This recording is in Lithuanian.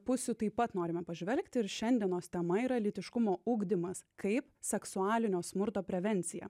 pusių taip pat norime pažvelgti ir šiandienos tema yra lytiškumo ugdymas kaip seksualinio smurto prevencija